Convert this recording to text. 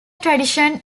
tradition